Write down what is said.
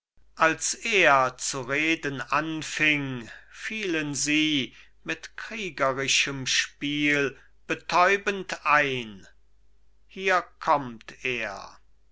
als er zu reden anfing fielen sie mit kriegerischem spiel betäubend ein hier kommt er